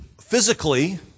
physically